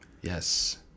yes